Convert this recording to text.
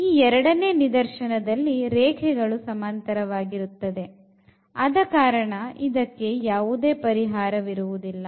ಈ ಎರಡನೇ ನಿದರ್ಶನದಲ್ಲಿ ರೇಖೆಗಳು ಸಮಾಂತರ ವಾಗಿರುತ್ತದೆ ಆದಕಾರಣ ಇದಕ್ಕೆ ಯಾವುದೇ ಪರಿಹಾರ ವಿರುವುದಿಲ್ಲ